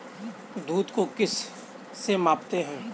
दूध को किस से मापते हैं?